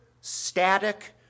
static